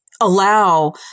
allow